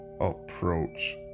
approach